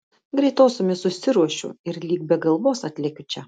greitosiomis susiruošiu ir lyg be galvos atlekiu čia